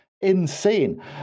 insane